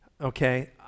Okay